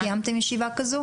קיימתם ישיבה כזו?